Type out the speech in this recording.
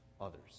others